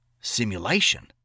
Simulation